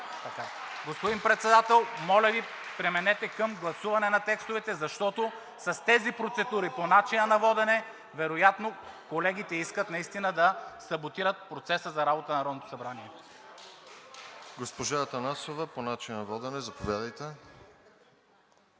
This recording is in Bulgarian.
Господин Председател, моля Ви, преминете към гласуване на текстовете, защото с тези процедури по начина на водене вероятно колегите искат наистина да саботират процеса на работа на Народното събрание.